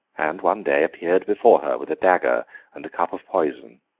and one day, appeared before her, with a dagger and a cup of poison,